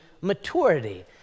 maturity